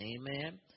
Amen